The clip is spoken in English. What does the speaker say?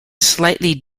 slightly